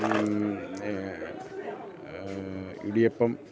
idiyappam